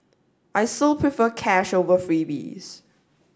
I so prefer cash over freebies